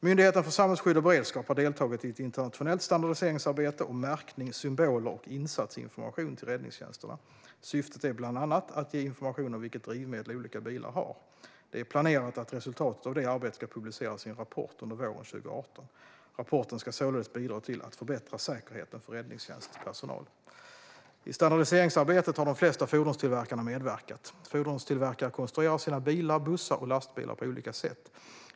Myndigheten för samhällsskydd och beredskap har deltagit i ett internationellt standardiseringsarbete om märkning, symboler och insatsinformation till räddningstjänsterna. Syftet är bland annat att ge information om vilket drivmedel olika bilar har. Det är planerat att resultatet av detta arbete ska publiceras i en rapport under våren 2018. Rapporten ska således bidra till att förbättra säkerheten för räddningstjänstpersonal. I standardiseringsarbetet har de flesta fordonstillverkare medverkat. Fordonstillverkare konstruerar sina bilar, bussar och lastbilar på olika sätt.